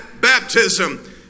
baptism